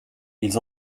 ils